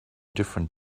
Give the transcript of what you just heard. different